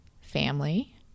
family